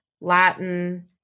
Latin